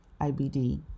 IBD